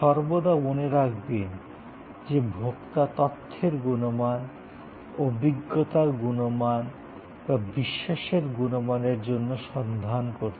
সর্বদা মনে রাখবেন যে ভোক্তা তথ্যের গুণমান অভিজ্ঞতার গুণমান বা বিশ্বাসের গুণমানের জন্য সন্ধান করছেন